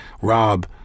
Rob